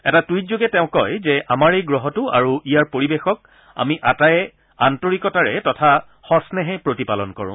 এটা টুইটযোগে তেওঁ কয় যে আমাৰ এই গ্ৰহটো আৰু ইয়াৰ পৰিৱেশক আমি আটায়ে আন্তৰিকতাৰে তথা সক্নেহে প্ৰতিপালন কৰোঁ